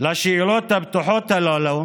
השאלות הפתוחות הללו